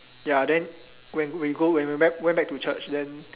ya then when we go when we went back to church then